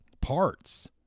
parts